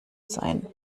sein